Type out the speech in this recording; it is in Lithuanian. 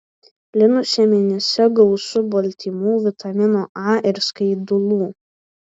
linų sėmenyse gausu baltymų vitamino a ir skaidulų